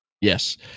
Yes